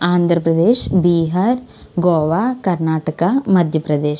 Andhra Pradesh Bihar Goa Karnataka Madhya Pradesh